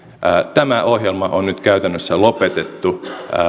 tämä ohjelma on nyt käytännössä lopetettu